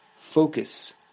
Focus